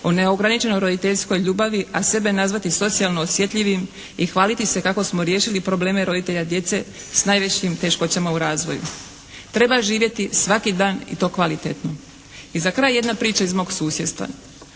o neograničenoj roditeljskoj ljubavi a sebe nazvati socijalno osjetljivim i hvaliti se kako smo riješiti probleme roditelja djece s najvećim teškoćama u razvoju. Treba živjeti svaki dan i to kvalitetno. I za kraj jedna priča iz mog susjedstva.